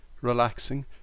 relaxing